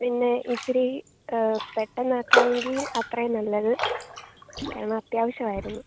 പിന്നെ ഇച്ചിരി പെട്ടെന്ന് ആക്കുകയാണെങ്കിൽ അത്രയും നല്ലത് കാരണം അത്യാവശ്യമായിരുന്നു